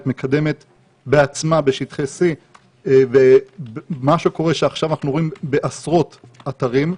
מקדמת בעצמה בשטחי C. עכשיו אנחנו פונים על עשרות אתרים,